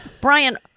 Brian